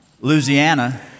Louisiana